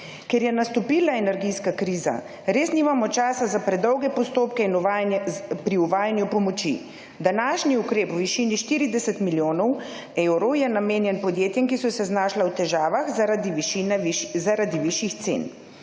Ker je nastopila energijska kriza res nimamo časa za predolge postopke pri uvajanju pomoči. Današnji ukrep v višini 40 milijonov evrov je namenjen podjetjem, ki so se znašala v težavah, zaradi višjih cen.